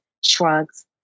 shrugs